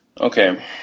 Okay